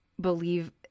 believe